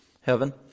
heaven